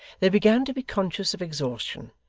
they began to be conscious of exhaustion,